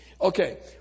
Okay